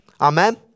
amen